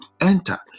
enter